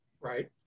Right